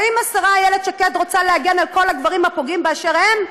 האם השרה איילת שקד רוצה להגן על כל הגברים הפוגעים באשר הם?